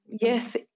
yes